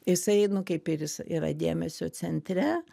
jisai nu kaip ir jis yra dėmesio centre